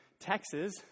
Texas